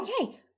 Okay